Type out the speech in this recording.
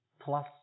plus